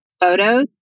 Photos